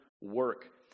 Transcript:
work